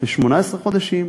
ל-18 חודשים.